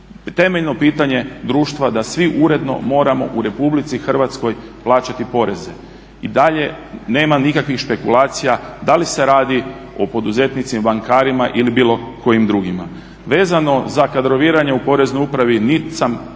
temeljno pitanje društva da svi uredno moramo u RH plaćati poreze. I dalje nema nikakvih špekulacija da li se radi o poduzetnicima bankarima ili bilo kojim drugima. Vezano za kadroviranje u poreznoj upravi nit sam